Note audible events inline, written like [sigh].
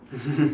[laughs]